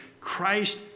Christ